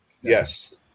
Yes